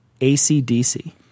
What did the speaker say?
ACDC